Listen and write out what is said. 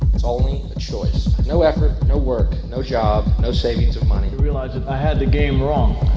it's only the choice. no effort, no work, no job, no savings of money. i realised i had the game wrong.